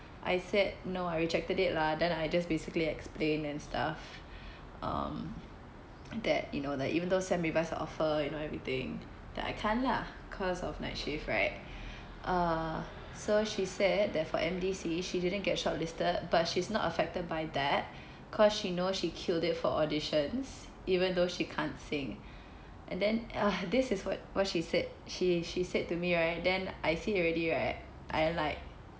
I said no I rejected it lah then I just basically explained and stuff um that you know that even though offer you know everything like I can't lah cause of my shift right uh so she said that for M_D_C she didn't get shortlisted but she's not affected by that cause she knows she killed it for auditions even though she can't sing and then (uh huh) this is what what she said she said to me right then I see already right I like